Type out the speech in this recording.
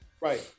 Right